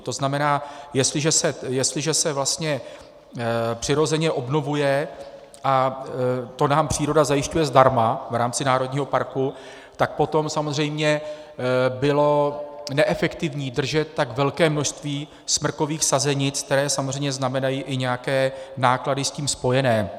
To znamená, jestliže se vlastně přirozeně obnovuje, a to nám příroda zajišťuje zdarma v rámci národního parku, tak potom samozřejmě bylo neefektivní držet tak velké množství smrkových sazenic, které samozřejmě znamenají i nějaké náklady s tím spojené.